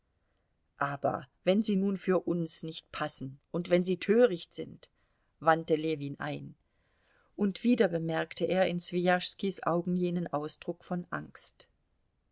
aber wenn sie nun für uns nicht passen wenn sie töricht sind wandte ljewin ein und wieder bemerkte er in swijaschskis augen jenen ausdruck von angst